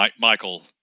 Michael